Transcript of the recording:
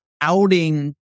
outing